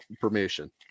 permission